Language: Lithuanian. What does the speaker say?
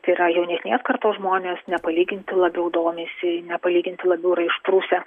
tai yra jaunesnės kartos žmonės nepalyginti labiau domisi nepalyginti labiau yra išprusę